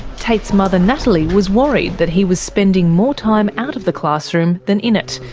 tate's mother natalie was worried that he was spending more time out of the classroom than in it,